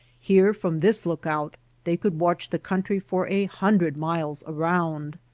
here from this lookout they could watch the country for a hundred miles around.